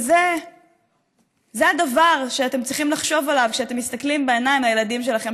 וזה הדבר שאתם צריכים לחשוב עליו כשאתם מסתכלים בעיניים לילדים שלכם.